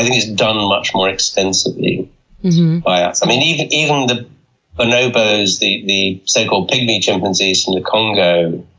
it's done much more extensively by us. um even even the bonobos, the the so called pygmy chimpanzees in the congo,